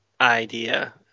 idea